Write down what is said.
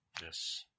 Yes